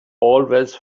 always